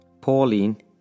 Pauline